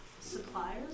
suppliers